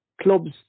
clubs